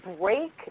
break